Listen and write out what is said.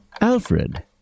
Alfred